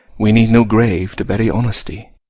we need no grave to bury honesty